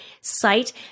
site